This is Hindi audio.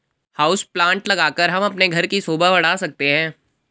हाउस प्लांट लगाकर हम अपने घर की शोभा बढ़ा सकते हैं